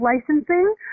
licensing